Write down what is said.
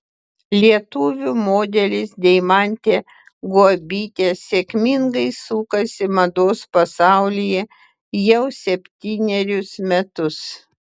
lietuvių modelis deimantė guobytė sėkmingai sukasi mados pasaulyje jau septynerius metus